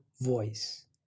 voice